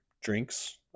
drinks